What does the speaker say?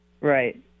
Right